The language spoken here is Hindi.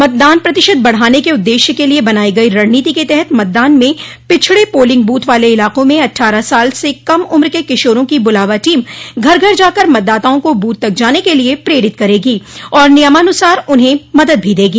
मतदान प्रतिशत बढ़ाने के उद्देश्य के लिए बनायी गयी रणनीति के तहत मतदान में पिछड़े पोलिंग बूथ वाले इलाको में अठ्ठारह साल से कम उम्र के किशोरों की बुलावा टीम घर घर जाकर मतदाताओं को बूथ तक जाने के लिए प्रेरित करेगी और नियमानुसार उन्हें मदद भी देगी